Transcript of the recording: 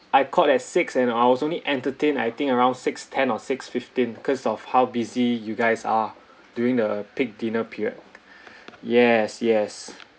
I called at six and I was only entertained I think around six-ten or six-fifteen cause of how busy you guys are during the peak dinner period yes yes